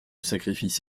sacrifice